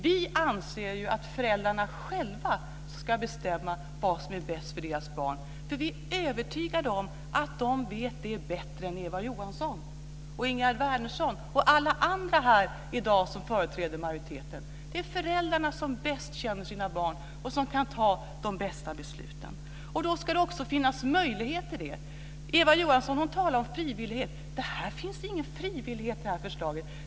Vi anser att föräldrarna själva ska bestämma vad som är bäst för deras barn. Vi är övertygade om att de vet det bättre än Eva Johansson, Ingegerd Wärnersson och alla andra här i dag som företräder majoriteten. Det är föräldrarna som bäst känner sina barn och som kan fatta de bästa besluten. Då ska det också finnas möjlighet till det. Eva Johansson talar om frivillighet. Det finns ingen frivillighet i det här förslaget.